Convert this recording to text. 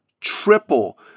triple